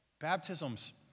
baptism's